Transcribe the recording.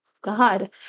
God